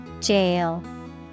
Jail